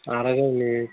आरो गावनि